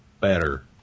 better